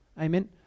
amen